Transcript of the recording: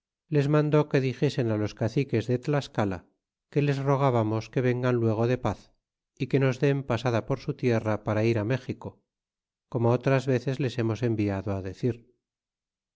les mandó que dixesen á los caciques de tlascala que les rogábamos que vengan luego de paz y que nos den pasada por su tierra para ir méxico como otras veces les hemos enviado decir